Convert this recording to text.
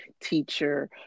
teacher